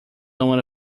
one